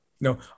No